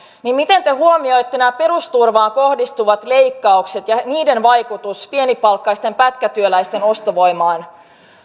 miten te huomioitte nämä perusturvaan kohdistuvat leikkaukset ja niiden vaikutukset pienipalkkaisten pätkätyöläisten ostovoimaan